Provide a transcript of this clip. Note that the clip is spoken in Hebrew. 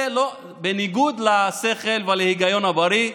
ובניגוד לשכל ולהיגיון הבריא,